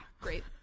Great